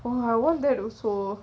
!wah! I want that also